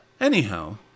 Anyhow